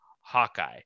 Hawkeye